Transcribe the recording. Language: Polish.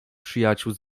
przyjaciół